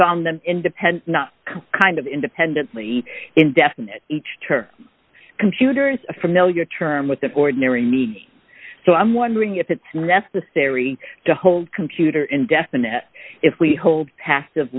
found them independent not kind of independently indefinite each her computer is a familiar term with the ordinary needs so i'm wondering if it's necessary to hold computer indefinite if we hold passive